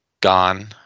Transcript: gone